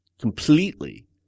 Completely